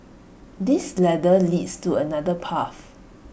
this ladder leads to another path